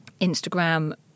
Instagram